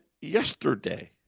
yesterday